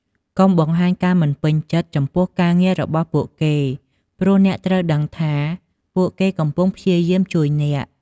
កុំបង្ហាញការមិនពេញចិត្ត ចំពោះការងាររបស់ពួកគេ ព្រោះអ្នកត្រូវដឹងថាពួកគេកំពុងព្យាយាមជួយអ្នក។